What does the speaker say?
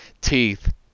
teeth